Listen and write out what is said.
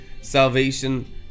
salvation